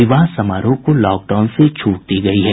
विवाह समारोह को लॉकडाउन से छूट दी गयी है